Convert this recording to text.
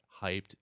hyped